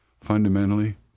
Fundamentally